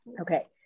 Okay